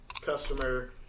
customer